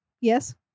yes